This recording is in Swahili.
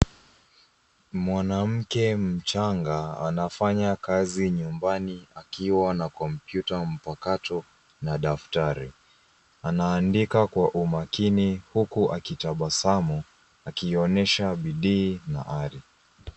Mwanamke mchanga anafanya kazi nyumbani akiwa na kompyuta mpakato na daftari. Anaandika kwa umakini huku akitabasamu, akionyesha bidii na ari.